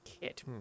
kit